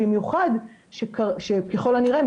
במיוחד שככול הנראה,